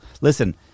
Listen